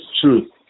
truth